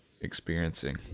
experiencing